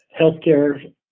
Healthcare